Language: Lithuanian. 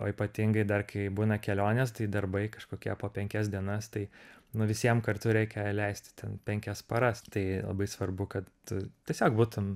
o ypatingai dar kai būna kelionės tai darbai kažkokie po penkias dienas tai nu visiem kartu reikia leisti ten penkias paras tai labai svarbu kad tu tiesiog būtum